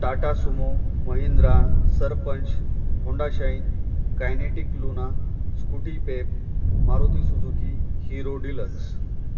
Tata Sumo Mahindra Sarpanch Honda Shine Kinetic Luna Scooty Pep Maruti Suzuki Hero deluxe